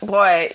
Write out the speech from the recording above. Boy